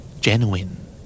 Genuine